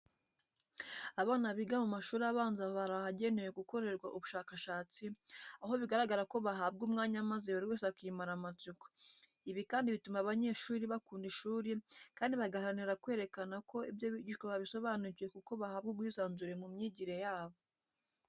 Abana biga mu mashuri abanza bari ahagenewe gukorerwa ubushakashatsi, aho bigaragara ko bahabwa umwanya maze buri wese akimara amatsiko. Ibi kandi bituma abanyeshuri bakunda ishuri kandi bagaharanira kwerekana ko ibyo bigishwa babisobanukiwe kuko bahabwa ubwisanzure mu myigire yabo.